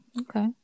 Okay